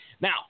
now